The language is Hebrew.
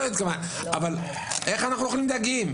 אבל איל אנחנו אוכלים דגים,